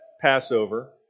Passover